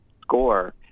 score